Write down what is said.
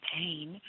pain